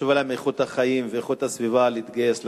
שחשובות להם איכות החיים ואיכות הסביבה להתגייס לעניין.